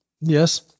Yes